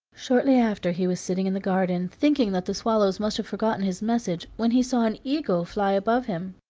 shortly after, he was sitting in the garden, thinking that the swallows must have forgotten his message, when he saw an eagle flying above him.